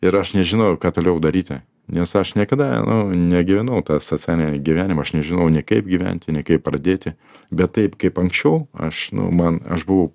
ir aš nežinojau ką toliau daryti nes aš niekada negyvenau tą socialinį gyvenimą aš nežinojau nei kaip gyventi nei kaip pradėti bet taip kaip anksčiau aš nu man aš buvau